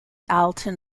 alton